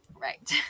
Right